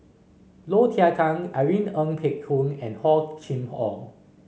Low Thia Khiang Irene Ng Phek Hoong and Hor Chim Or